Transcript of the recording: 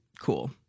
cool